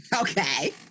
Okay